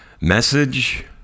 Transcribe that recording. message